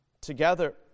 together